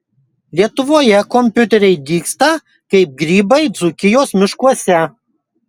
lietuvoje kompiuteriai dygsta kaip grybai dzūkijos miškuose